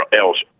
else